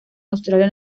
australia